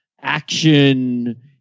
Action